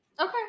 Okay